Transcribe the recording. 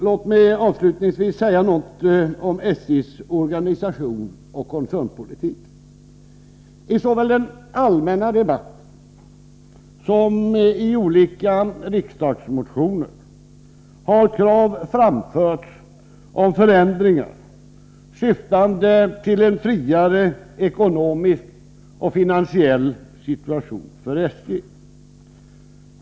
Låt mig avslutningsvis säga något om SJ:s organisation och koncernpolitik. I såväl den allmänna debatten som i olika riksdagsmotioner har krav på förändringar framförts syftande till en friare ekonomisk och finansiell situation för SJ.